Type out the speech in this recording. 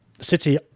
City